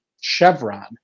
Chevron